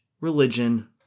religion